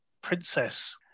princess